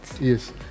Yes